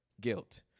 guilt